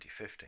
2050